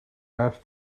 asked